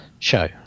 show